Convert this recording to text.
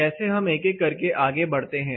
कैसे हम एक एक करके आगे बढ़ते हैं